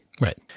Right